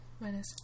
minus